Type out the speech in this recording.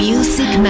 Music